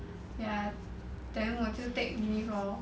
ya then 我就 take leave lor